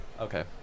Okay